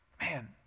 man